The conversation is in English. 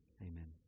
Amen